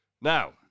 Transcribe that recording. Now